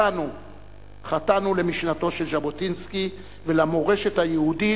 חטאנו למשנתו של ז'בוטינסקי ולמורשת היהודית,